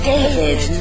David